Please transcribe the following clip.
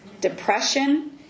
depression